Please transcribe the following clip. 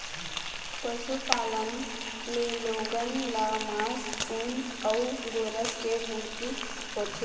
पशुपालन ले लोगन ल मांस, ऊन अउ गोरस के पूरती होथे